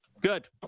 Good